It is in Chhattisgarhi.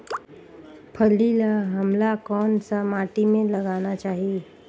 फल्ली ल हमला कौन सा माटी मे लगाना चाही?